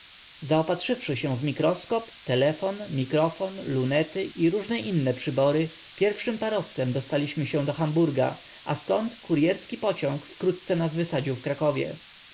zaopatrzywszy się w mikroskop telefon mikrofon lunety i różne inne przybory pierwszym parowcem dostaliśmy się do hamburga a ztąd kuryerski pociąg wkrótce nas wysadził w krakowie